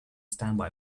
standby